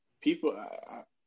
people